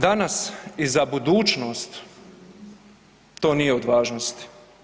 Danas i za budućnost to nije od važnosti.